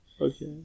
Okay